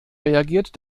reagiert